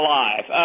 life